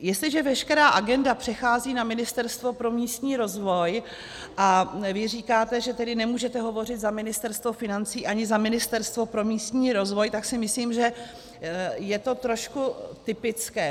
Jestliže veškerá agenda přechází na Ministerstvo pro místní rozvoj a vy říkáte, že nemůžete tedy hovořit za Ministerstvo financí ani za Ministerstvo pro místní rozvoj tak si myslím, že je to trošku typické.